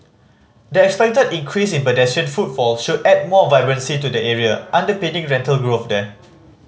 the expected increase in pedestrian footfall should add more vibrancy to the area underpinning rental growth there